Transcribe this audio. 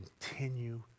continue